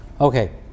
Okay